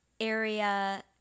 area